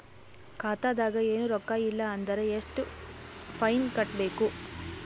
ಖಾತಾದಾಗ ಏನು ರೊಕ್ಕ ಇಲ್ಲ ಅಂದರ ಎಷ್ಟ ಫೈನ್ ಕಟ್ಟಬೇಕು?